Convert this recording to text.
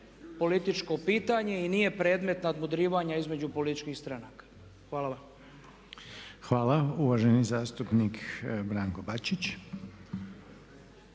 političko pitanje i nije predmet nadmudrivanja između političkih stranaka. Hvala vam. **Reiner, Željko (HDZ)** Hvala. Uvaženi zastupnik Branko Bačić.